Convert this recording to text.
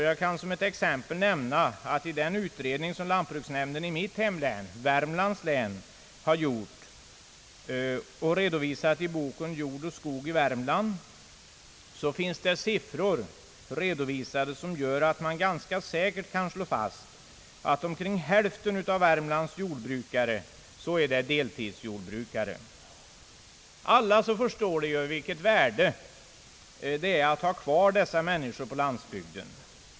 Jag kan som exempel nämna att i den utredning som lantbruksnämnden i mitt hemlän, Värmlands län, har gjort och redovisat i boken »Jord och skog i Värmland» finnes siffror redovisade som innebär att man ganska säkert kan slå fast att omkring hälften av Värmlands jordbrukare är deltidsjordbrukare. Alla förstår vilket värde det är att ha kvar dessa människor på landsbygden.